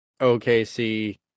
okc